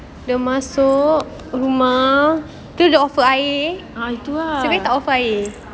ah itu ah